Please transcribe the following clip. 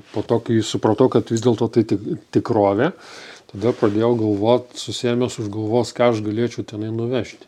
po to kai supratau kad vis dėlto tai ti tikrovė tada pradėjau galvot susiėmęs už galvos ką aš galėčiau tenai nuvežti